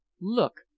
Look